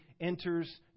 enters